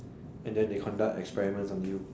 and then they conduct experiments on you